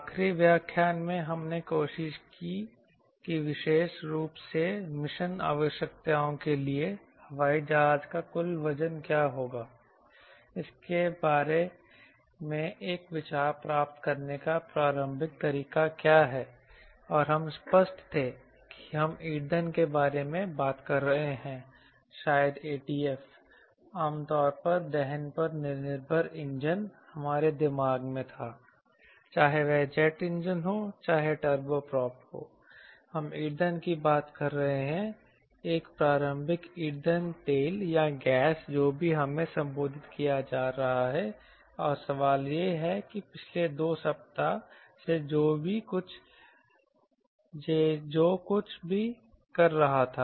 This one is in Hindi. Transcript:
आखरी व्याख्यान में हमने कोशिश की कि विशेष रूप से मिशन आवश्यकताओं के लिए हवाई जहाज का कुल वजन क्या होगा इसके बारे में एक विचार प्राप्त करने का प्रारंभिक तरीका क्या है और हम स्पष्ट थे कि हम ईंधन के बारे में बात कर रहे हैं शायद ATF आमतौर पर दहन पर निर्भर इंजन हमारे दिमाग में था चाहे वह जेट इंजन हो चाहे वह टर्बोप्राप हो हम ईंधन की बात कर रहे हैं एक प्रारंभिक ईंधन तेल या गैस जो भी हमें संबोधित किया जा रहा है